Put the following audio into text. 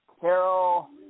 Carol